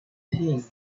thing